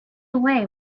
away